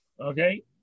okay